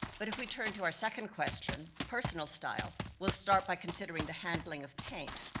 but if we turn to our second question, personal style, we'll start by considering the handling of paint.